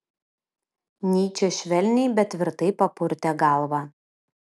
nyčė švelniai bet tvirtai papurtė galvą